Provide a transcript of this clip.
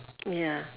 ya